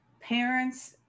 parents